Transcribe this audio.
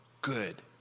good